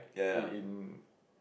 it in